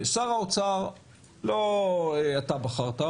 את שר האוצר לא אתה בחרת,